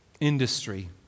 industry